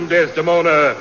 Desdemona